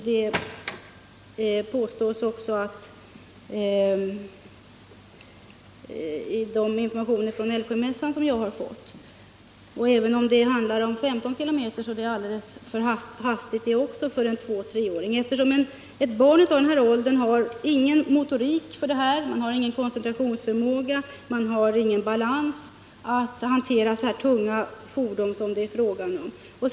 Det framgår också av de informationer jag har fått från en motormässa. Men även om det skulle röra sig om bara 15 km/tim. är också det alltför snabbt för en tvåeller treåring. Ett barn i den åldern har inte en motorik som klarar detta, och det har inte koncentrationsförmåga och balans för att hantera så tunga fordon som det är fråga om.